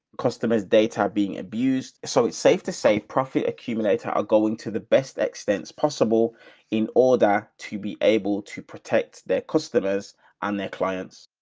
customer's data being abused. so it's safe to save profit accumulator are going to the best extent possible in order to be able to protect their customers and their clients.